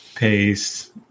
Paste